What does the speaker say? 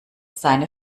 seine